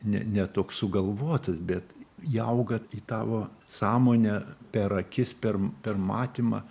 ne ne toks sugalvotas bet įauga į tavo sąmonę per akis per per matymą